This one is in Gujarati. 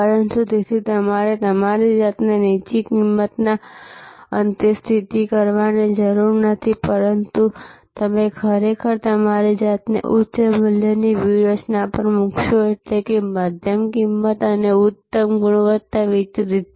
પરંતુ તેથી તમારે તમારી જાતને નીચી કિંમતના અંતે સ્થિત કરવાની જરૂર નથી પરંતુ તમે ખરેખર તમારી જાતને ઉચ્ચ મૂલ્યની વ્યૂહરચના પર મૂકશોએટલે કે મધ્યમ કિંમત અને ઉત્તમ ગુણવત્તા વિતરિત